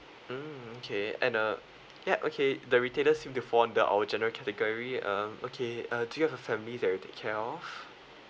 mm okay and uh yup okay the retailers if they fall under our generic category um okay uh do you have a family that you take care of